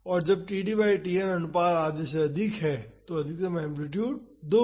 और जब td by Tn अनुपात आधे से अधिक है तो अधिकतम एम्पलीटूड 2 है